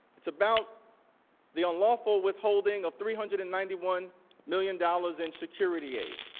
it's about the unlawful withholding of three hundred and ninety one million dollars in security aid.